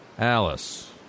Alice